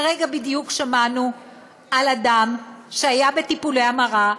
כרגע בדיוק שמענו על אדם שהיה בטיפולי המרה,